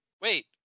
Wait